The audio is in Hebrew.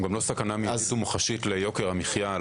גם לא סכנה מיידית ומוחשית ליוקר המחיה.